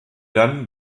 dann